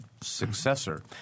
successor